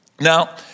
Now